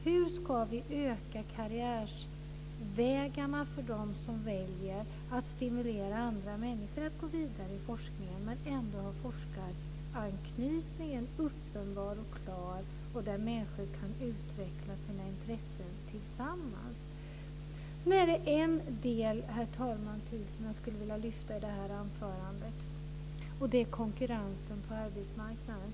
Hur ska vi öka karriärsvägarna för dem som väljer att stimulera andra människor att gå vidare i forskningen, men ändå ha forskaranknytningen uppenbar och klar och där människor kan utveckla sina intressen tillsammans? Herr talman! Jag vill lyfta fram en del till i det här anförandet. Det gäller konkurrensen på arbetsmarknaden.